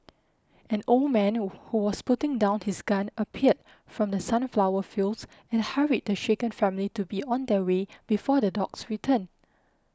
an old man who was putting down his gun appeared from the sunflower fields and hurried the shaken family to be on their way before the dogs return